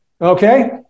Okay